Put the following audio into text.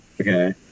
okay